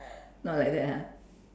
not like that ah